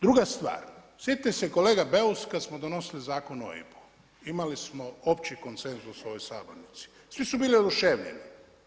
Druga stvar, sjetite se kolega Beus kada smo donosili Zakon o OIB-u, imali smo opći konsenzus u ovoj sabornici, svi su bili oduševljeni.